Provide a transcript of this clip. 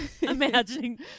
imagine